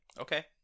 okay